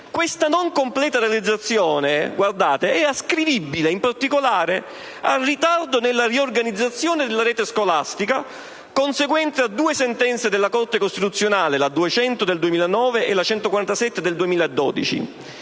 Questa non completa realizzazione è ascrivibile, in particolare, al ritardo nella riorganizzazione della rete scolastica, conseguente a due sentenze della stessa Corte costituzionale, la n. 200 del 2009 e la n. 147 del 2012,